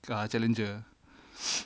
got challenger